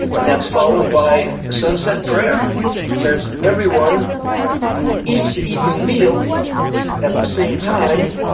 and that's followed by a sunset prayer since everyone who eats the evening meal at the same time,